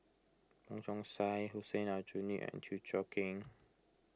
Wong Chong Sai Hussein Aljunied and Chew Choo Keng